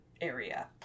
area